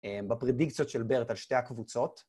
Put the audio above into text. בפרדיקציות של ברט על שתי הקבוצות.